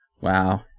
Wow